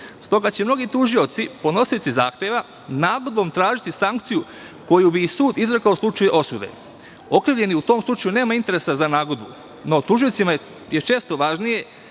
Stoga će mnogi tužioci, podnosioci zahteva, nagodbom tražiti sankciju koju bi sud izrekao u slučaju osude. Okrivljeni u tom slučaju nema interesa za nagodbu. No, tužiocima je često važnije